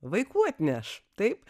vaikų atneš taip